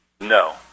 No